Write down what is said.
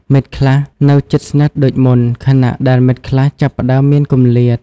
មិត្តខ្លះនៅជិតស្និទ្ធដូចមុន ខណៈដែលមិត្តខ្លះចាប់ផ្តើមមានគម្លាត។